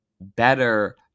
better